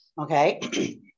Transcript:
Okay